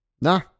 Nah